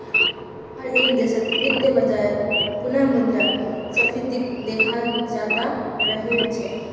हर एक देशत वित्तीय बाजारत पुनः मुद्रा स्फीतीक देखाल जातअ राहिल छे